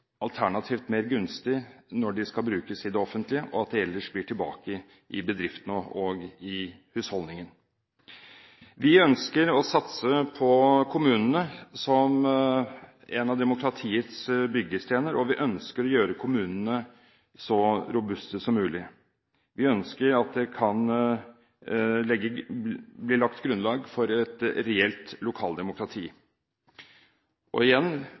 alternativt mer gunstig når de skal brukes i det offentlige, og at de ellers blir tilbake bedriftene og i husholdningen. Vi ønsker å satse på kommunene som en av demokratiets byggesteiner, og vi ønsker å gjøre kommunene så robuste som mulig. Vi ønsker at det kan bli lagt grunnlag for et reelt lokaldemokrati. Og igjen